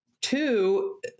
Two